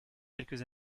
quelques